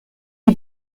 die